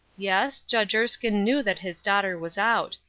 yes, judge erskine knew that his daughter was out,